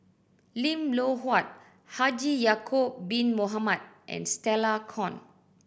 Lim Loh Huat Haji Ya'acob Bin Mohamed and Stella Kon